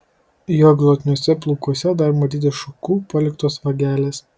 jo glotniuose plaukuose dar matyti šukų paliktos vagelės